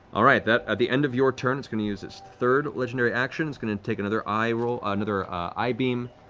all right, at the end of your turn it's going to use its third legendary action. it's going to take another eye roll another eye beam.